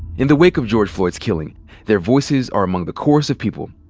in the wake of george floyd's killing their voices are among the cores of people,